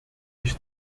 ich